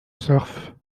surf